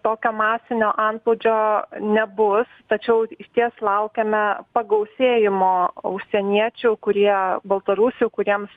tokio masinio antplūdžio nebus tačiau išties laukiame pagausėjimo užsieniečių kurie baltarusių kuriems